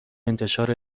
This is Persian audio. انتشار